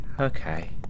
Okay